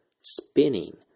spinning